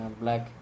black